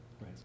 Right